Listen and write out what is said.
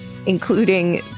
including